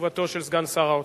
תשובתו של סגן שר האוצר.